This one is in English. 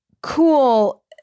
cool